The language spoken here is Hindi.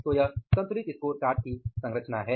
तो यह संतुलित स्कोरकार्ड की संरचना है